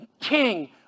king